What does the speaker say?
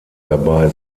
dabei